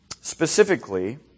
Specifically